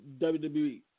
WWE